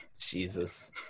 Jesus